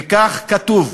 וכך כתוב: